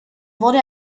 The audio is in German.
wurde